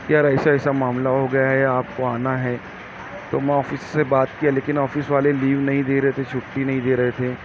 کہ یار ایسا ایسا معاملہ ہو گیا ہے آپ کو آنا ہے تو میں آفس سے بات کیا لیکن آفس والے لیو نہیں دے رہے تھے چھٹی نہیں دے رہے تھے